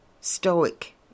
stoic